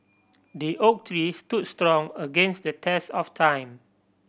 the oak tree stood strong against the test of time